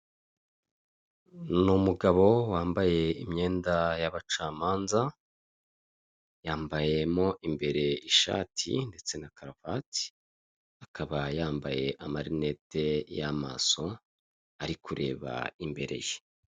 Ni umugabo wambaye imyenda y'abacamanza, yambayemo imbere ishati ndetse na karuvati, akaba yambaye amarinete y'amaso. Ari kureba imbere ye.